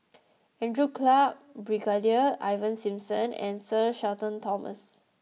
Andrew Clarke Brigadier Ivan Simson and Sir Shenton Thomas